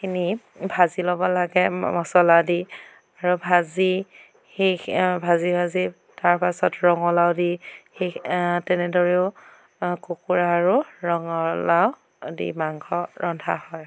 খিনি ভাজি ল'ব লাগে মচলা দি আৰু ভাজি সেই ভাজি ভাজি তাৰপাছত ৰঙালাও দি সেই তেনেদৰেও কুকুৰা আৰু ৰঙালাও দি মাংস ৰন্ধা হয়